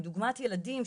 כדוגמת ילדים,